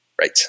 Right